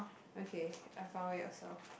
okay I found it I saw